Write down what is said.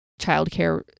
childcare